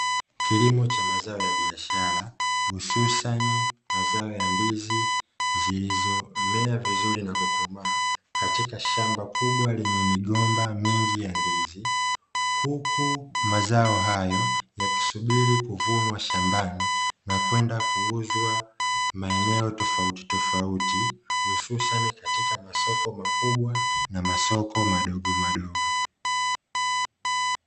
Kilimo cha mazao ya biashara hususani mazao ya ndizi zilizomea vizuri na kukomaa, katika shamba kubwa lenye migomba mingi ya ndizi. Huku mazao hayo yakisubiri kuvunwa shambani na kwenda kuuzwa maeneo tofautitofauti hususani katika masoko makubwa na masoko madogomadogo.